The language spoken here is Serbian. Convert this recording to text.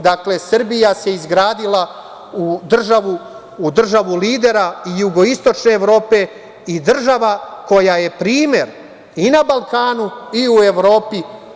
Dakle, Srbija se izgradila u državu lidera jugoistočne Evrope i država koja je primer i na Balkanu i u Evropi.